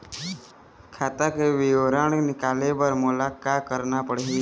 खाता के विवरण निकाले बर मोला का करना पड़ही?